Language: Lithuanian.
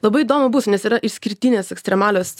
labai įdomu bus nes yra išskirtinės ekstremalios